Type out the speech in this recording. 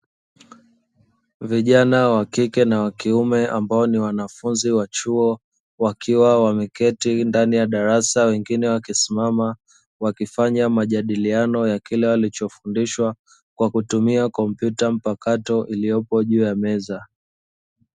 Vijana wakike na wakiume ambao ni wanafunzi wa chuo wakiwa wameketi ndani ya darasa, wengine wakisimama wakifanya majadiliano ya kile walichofundishwa kwa kutumia kompyuta mpakato iliyopo juu ya meza.